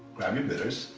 grab your bitters.